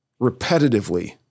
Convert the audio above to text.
repetitively